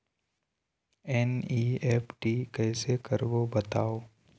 NEFT कैसे करबो बताव?